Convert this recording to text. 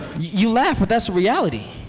you laugh but that's the reality.